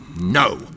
No